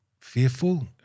fearful